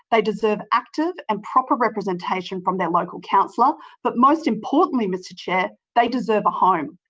they deserve active and proper representation from their local councillor but most importantly, mr chair, they deserve a home.